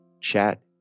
Chat